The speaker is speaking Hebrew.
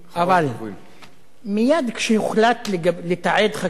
אבל מייד כשהוחלט לתעד חקירות,